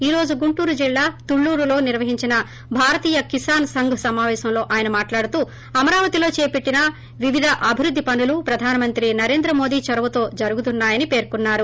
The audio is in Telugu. ఈరోజు గుంటూరు జిల్లా తుళ్లూరులో నిర్వహించిన భారతీయ కిసాన్ సంఘ్ సమాపేశంలో ఆయన మాట్లాడుతూ అమరావతిలో చేపట్టిన వివిధ అభివృద్ది పనులు ప్రధానమంత్రి నరేంద్ర మోదీ చొరవతో జరుగుతున్నాయని పేర్కొన్సారు